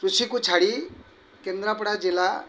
କୃଷିକୁ ଛାଡ଼ି କେନ୍ଦ୍ରାପଡ଼ା ଜିଲ୍ଲା